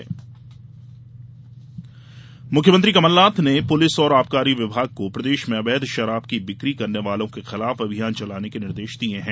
अवैध शराब बिक्री मुख्यमंत्री कमलनाथ ने पुलिस और आबकारी विभाग को प्रदेश में अवैध शराब की बिक्री करने वालों के खिलाफ अभियान चलाने के निर्देश दिये है